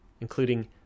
including